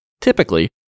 Typically